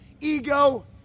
Ego